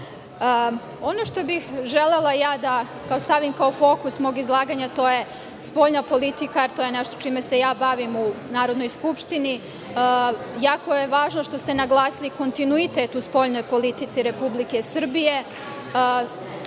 što bih želela da stavim kao fokus mog izlaganja, to je spoljna politika, to je nešto čime se bavim u Narodnoj skupštini, jako je važno što ste naglasili kontinuitet u spoljnoj politici Republike Srbije,